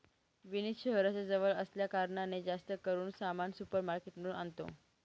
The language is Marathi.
विनीत शहराच्या जवळ असल्या कारणाने, जास्त करून सामान सुपर मार्केट मधून आणतो